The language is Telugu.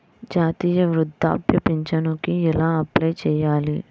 జాతీయ వృద్ధాప్య పింఛనుకి ఎలా అప్లై చేయాలి?